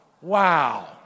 Wow